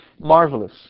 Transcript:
marvelous